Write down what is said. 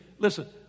Listen